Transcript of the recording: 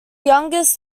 youngest